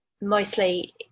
mostly